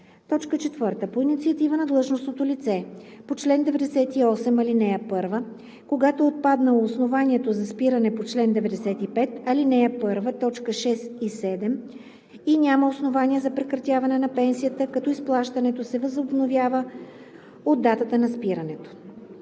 4. по инициатива на длъжностното лице по чл. 98, ал. 1, когато е отпаднало основанието за спиране по чл. 95, ал. 1, т. 6 и 7 и няма основание за прекратяване на пенсията, като изплащането се възобновява от датата на спирането.